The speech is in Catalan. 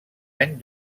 any